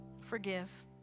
forgive